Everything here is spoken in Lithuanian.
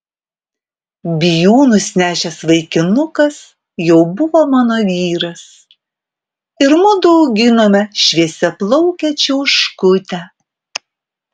bijūnus nešęs vaikinukas jau buvo mano vyras ir mudu auginome šviesiaplaukę čiauškutę